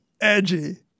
Edgy